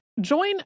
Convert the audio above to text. Join